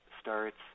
starts